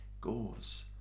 goes